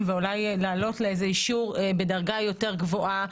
או להעלות לאישור לדרגה יותר גבוהה,